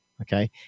Okay